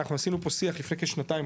אנחנו עשינו פה שיח לפני כשנתיים,